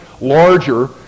larger